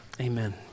amen